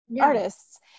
artists